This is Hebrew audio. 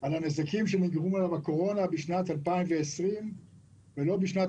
על הנזקים שנגרמו לה מן הקורונה בשנת 2020 ולא בשנת